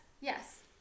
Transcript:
Yes